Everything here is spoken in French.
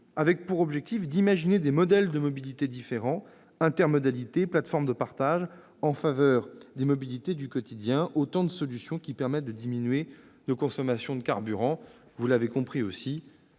mais surtout d'imaginer des modèles de mobilité différents : intermodalité ou plateformes de partage en faveur des mobilités du quotidien, autant de solutions qui permettent de diminuer nos consommations de carburant. Vous l'avez compris,